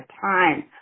time